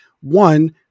One